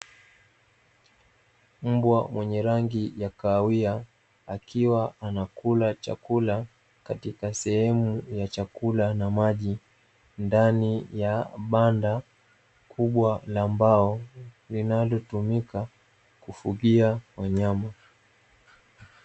Mbwa mwenye rangi ya kahawia, akiwa anakula chakula katika sehemu ya chakula na maji ndani ya banda kubwa la mbao linalotumika kufugia wanyama.